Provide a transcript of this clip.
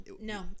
No